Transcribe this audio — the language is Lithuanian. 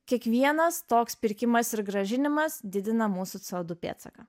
kiekvienas toks pirkimas ir grąžinimas didina mūsų co du pėdsaką